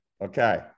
Okay